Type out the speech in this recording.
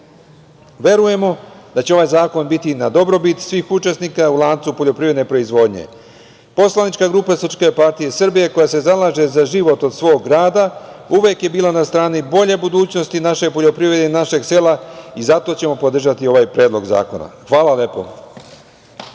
da će ovaj zakon biti na dobrobit svih učesnika u lancu poljoprivredne proizvodnje. Poslanička grupa SPS koja se zalaže za život od svog rada uvek je bila na strani bolje budućnosti naše poljoprivrede i našeg sela i zato ćemo podržati ovaj Predlog zakona. Hvala vam lepo.